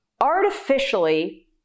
artificially